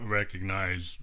recognize